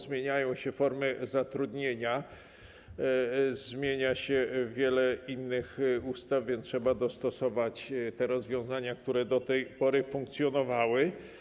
Zmieniają się formy zatrudnienia, zmienia się wiele innych ustaw, więc trzeba dostosować rozwiązania, które do tej pory funkcjonowały.